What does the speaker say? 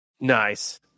nice